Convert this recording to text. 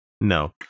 no